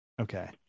okay